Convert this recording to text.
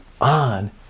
on